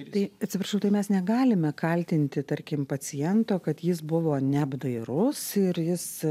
tai atsiprašau tai mes negalime kaltinti tarkim paciento kad jis buvo neapdairus ir jis